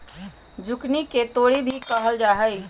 zucchini के तोरी भी कहल जाहई